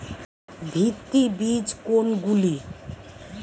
ভিত্তি বীজ কোনগুলি?